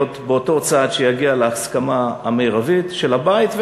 באותו צד שיגיע להסכמה המרבית של הבית,